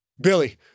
Billy